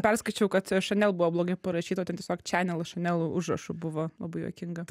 perskaičiau kad šanel buvo blogai parašyta tiesiog čenel šanel užrašu buvo labai juokinga